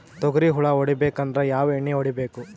ತೊಗ್ರಿ ಹುಳ ಹೊಡಿಬೇಕಂದ್ರ ಯಾವ್ ಎಣ್ಣಿ ಹೊಡಿಬೇಕು?